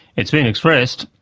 it's been expressed,